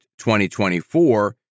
2024